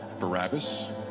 Barabbas